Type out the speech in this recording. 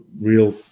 real